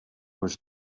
was